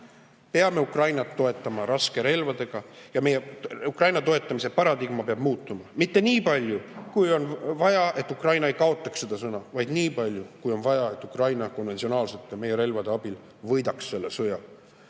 Peame Ukrainat toetama raskerelvadega ja meie Ukraina toetamise paradigma peab muutuma: mitte nii palju, kui on vaja, et Ukraina ei kaotaks seda sõda, vaid nii palju, kui on vaja, et Ukraina konventsionaalselt ka meie relvade abil võidaks selle sõja.